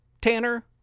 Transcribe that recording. Tanner